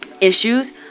issues